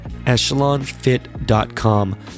EchelonFit.com